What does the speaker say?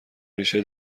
ریشه